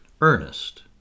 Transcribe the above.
Ernest